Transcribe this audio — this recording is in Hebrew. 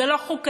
זה לא חוקתי,